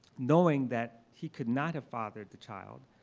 knowing that he could not have fathered the child,